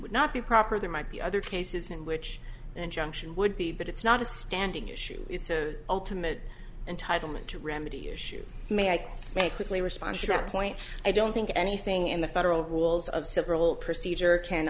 would not be proper there might be other cases in which an injunction would be but it's not a standing issue it's ultimate entitlement to remedy issue may i may quickly respond to that point i don't think anything in the federal rules of civil procedure can